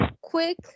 quick